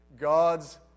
God's